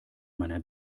meiner